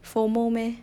FOMO meh